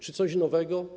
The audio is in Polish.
Czy coś nowego?